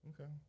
Okay